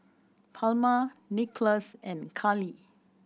Palma Nicklaus and Kali